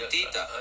Tita